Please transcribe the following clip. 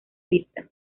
vista